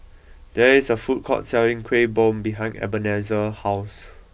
there is a food court selling Kuih Bom behind Ebenezer's house